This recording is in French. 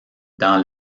dans